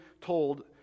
told